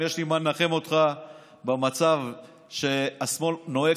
אם יש לי מה לנחם אותך במצב שבו השמאל נוהג